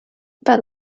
but